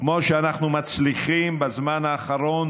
כמו שאנחנו מצליחים בזמן האחרון